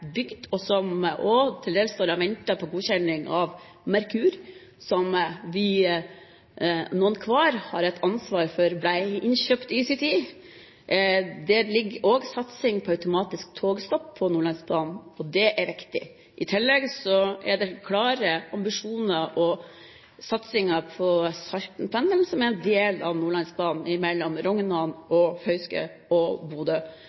bygd, og som til dels venter på godkjenning av Merkur, som noen hver har ansvar for ble innkjøpt i sin tid, og satsing på automatisk togstopp. Og det er viktig. I tillegg er det klare ambisjoner for og satsing på Saltenpendelen, som er en del av Nordlandsbanen mellom Rognan, Fauske og Bodø.